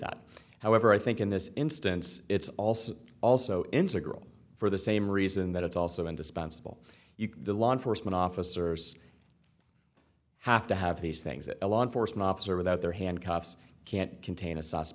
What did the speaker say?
that however i think in this instance it's also also integral for the same reason that it's also indispensable you the law enforcement officers have to have these things that a law enforcement officer without their handcuffs can't contain